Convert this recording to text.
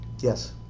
Yes